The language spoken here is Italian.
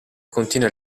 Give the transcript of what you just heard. contiene